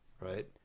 right